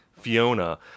Fiona